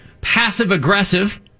passive-aggressive